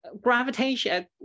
gravitation